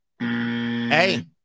Hey